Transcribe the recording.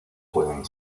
pueden